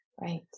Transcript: Right